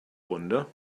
runde